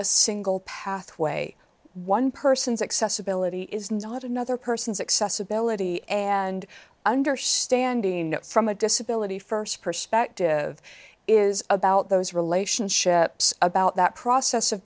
a single pathway one person's accessibility is not another person's accessibility and understanding from a disability st perspective is about those relationships about that process of